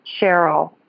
Cheryl